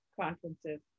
conferences